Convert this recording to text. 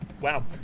wow